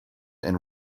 and